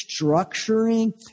structuring